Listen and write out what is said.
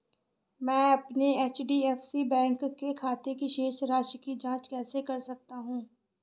मैं अपने HDFC bank के खाते की शेष राशि की जाँच कैसे कर सकता हूँ?